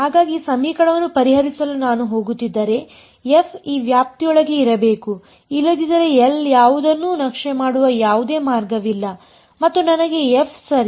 ಹಾಗಾಗಿ ಈ ಸಮೀಕರಣವನ್ನು ಪರಿಹರಿಸಲು ನಾನು ಹೋಗುತ್ತಿದ್ದರೆ f ಈ ವ್ಯಾಪ್ತಿಯೊಳಗೆ ಇರಬೇಕುಇಲ್ಲದಿದ್ದರೆ L ಯಾವುದನ್ನೂ ನಕ್ಷೆ ಮಾಡುವ ಯಾವುದೇ ಮಾರ್ಗವಿಲ್ಲ ಮತ್ತು ನನಗೆ f ಸರಿ